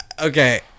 Okay